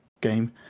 game